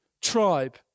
tribe